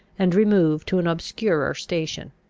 and remove to an obscurer station.